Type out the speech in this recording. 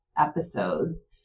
episodes